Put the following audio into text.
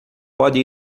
pode